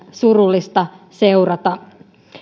surullista seurata